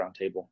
roundtable